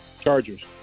Chargers